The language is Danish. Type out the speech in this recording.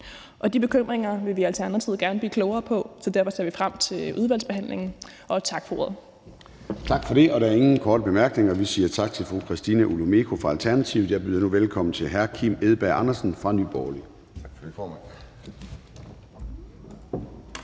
og de bekymringer vil vi i Alternativet gerne blive klogere på. Så derfor ser vi frem til udvalgsbehandlingen. Tak for ordet. Kl. 10:22 Formanden (Søren Gade): Tak for det, og der er ingen korte bemærkninger. Vi siger tak til fru Christina Olumeko fra Alternativet. Jeg byder nu velkommen til hr. Kim Edberg Andersen fra Nye